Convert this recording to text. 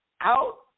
out